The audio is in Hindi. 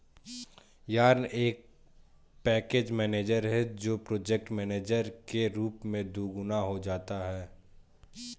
यार्न एक पैकेज मैनेजर है जो प्रोजेक्ट मैनेजर के रूप में दोगुना हो जाता है